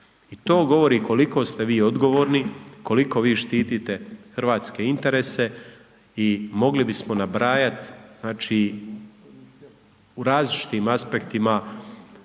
i to govori koliko ste vi odgovorni, koliko vi štitite hrvatske interese i mogli bismo nabrajat, znači, u različitim aspektima